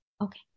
okay